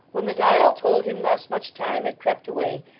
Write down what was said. when the dial told him thus much time had crept away,